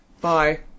bye